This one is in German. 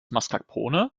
mascarpone